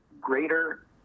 greater